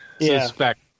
suspect